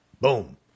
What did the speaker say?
Boom